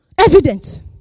Evidence